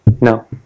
No